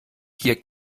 hier